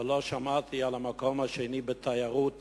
אבל לא שמעתי על המקום השני בתיירות